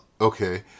okay